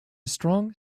strong